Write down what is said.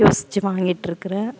யோசித்து வாங்கிட்டு இருக்கிறேன்